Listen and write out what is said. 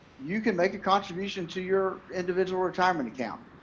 you can make a contribution to your individual retirement account.